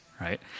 right